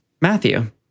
Matthew